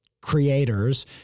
creators